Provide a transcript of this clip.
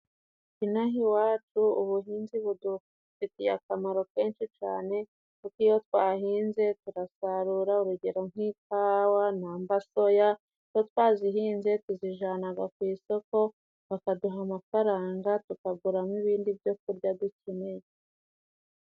Inahiwacu ubuhinzi budufitiye akamaro kenshi cyane. Kuko iyo twahinze tusarura urugero nk'ikawa na mba soyaba iyo twazihinze tuzijyanaga ku isoko bakaduha amafaranga tukaguramo ibindi byo kurya dukeneye.